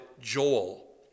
Joel